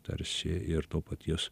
tarsi ir to paties